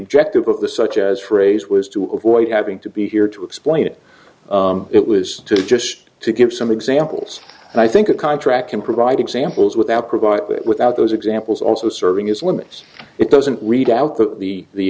objective of the such as phrase was to avoid having to be here to explain it it was just to give some examples and i think a contract can provide examples without provide it without those examples also serving as limits it doesn't read out that the the